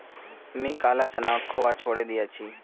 मी काला चना खवा छोड़े दिया छी